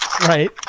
Right